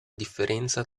differenza